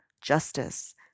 justice